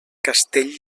castell